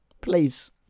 please